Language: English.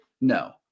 no